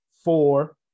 four